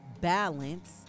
balance